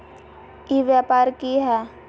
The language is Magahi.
ई व्यापार की हाय?